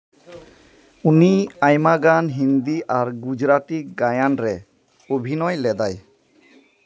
ᱩᱱᱤ ᱟᱭᱢᱟ ᱜᱟᱱ ᱦᱤᱱᱫᱤ ᱟᱨ ᱜᱩᱡᱽᱨᱟᱴᱤ ᱜᱟᱭᱟᱱ ᱨᱮ ᱚᱵᱷᱤᱱᱚᱭ ᱞᱮᱫᱟᱭ